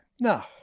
No